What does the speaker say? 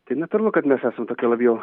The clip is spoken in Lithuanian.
tai natūralu kad mes esam tokia labiau